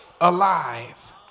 alive